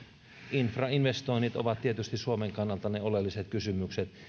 infrainvestoinnit ovat tietysti suomen kannalta ne oleelliset kysymykset